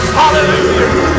hallelujah